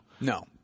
No